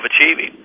achieving